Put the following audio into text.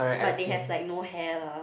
but they have like no hair lah